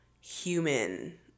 human